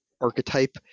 archetype